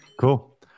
Cool